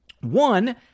one